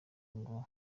ngo